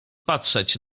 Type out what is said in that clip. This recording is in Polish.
patrzeć